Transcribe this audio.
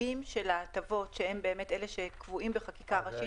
הרכיבים של ההטבות קבועים בחקיקה ראשית.